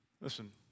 listen